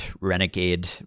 renegade